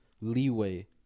leeway